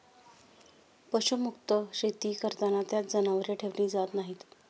पशुमुक्त शेती करताना त्यात जनावरे ठेवली जात नाहीत